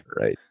Right